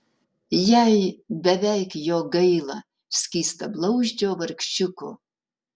jai beveik jo gaila skystablauzdžio vargšiuko